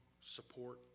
support